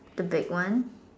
the big one